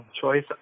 choice